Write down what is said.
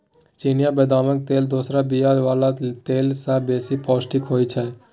चिनियाँ बदामक तेल दोसर बीया बला तेल सँ बेसी पौष्टिक होइ छै